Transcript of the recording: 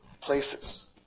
places